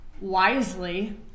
wisely